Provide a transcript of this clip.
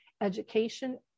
education